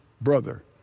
brother